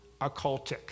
occultic